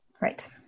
Right